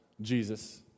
Jesus